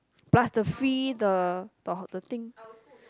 plus the free the the thing